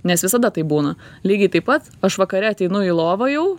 nes visada taip būna lygiai taip pat aš vakare ateinu į lovą jau